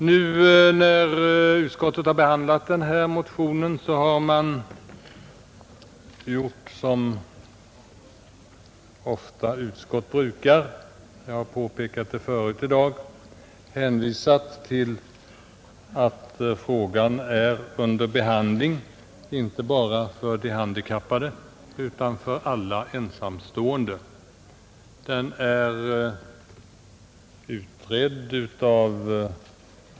Då utskottet nu har behandlat denna motion har man som utskott ofta brukar — jag har påpekat det förut i dag — hänvisat till att frågan är under behandling, inte bara för de handikappade utan för alla ensamstående.